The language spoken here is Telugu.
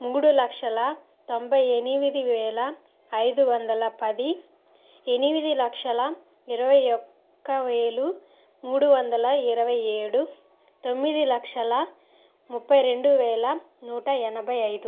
మూడు లక్షల తొంభై ఎనిమిది వేల ఐదు వందల పది ఎనిమిది లక్షల ఇరవై ఒక్క వేలు మూడు వందల ఇరవై ఏడు తొమ్మిది లక్షల ముప్పై రెండు వేల నూట ఎనభై ఐదు